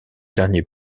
dernier